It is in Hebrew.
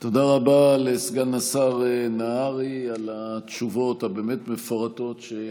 תודה רבה לסגן השר נהרי על התשובות הבאמת-מפורטות,